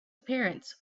appearance